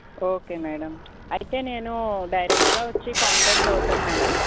okay madam అయితే నేను డైరెక్ట్గా వచ్చి కాంటాక్ట్ అవుతాను మేడం